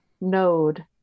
node